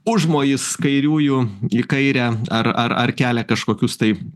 užmojis kairiųjų į kairę ar ar ar kelia kažkokius tai